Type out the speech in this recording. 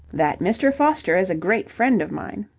that mr. foster is a great friend of mine.